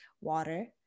water